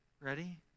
ready